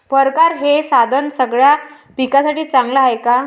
परकारं हे साधन सगळ्या पिकासाठी चांगलं हाये का?